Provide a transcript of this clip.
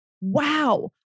wow